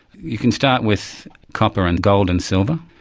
you can start with copper and gold and silver,